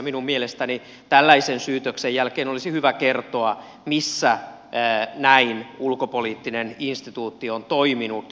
minun mielestäni tällaisen syytöksen jälkeen olisi hyvä kertoa missä näin ulkopoliittinen instituutti on toiminut